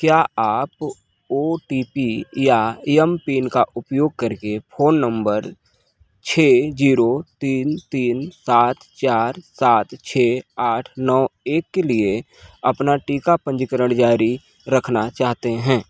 क्या आप O T P या एम पिन का उपयोग करके फ़ोन नंबर छः जीरो तीन तीन सात चार सात छः आठ नौ एक के लिए अपना टीका पंजीकरण जारी रखना चाहते हैं